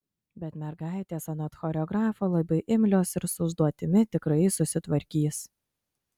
bet mergaitės anot choreografo labai imlios ir su užduotimi tikrai susitvarkys